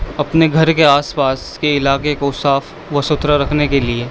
اپنے گھر کے آس پاس کے علاقے کو صاف و ستھرا رکھنے کے لیے